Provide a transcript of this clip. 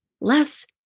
less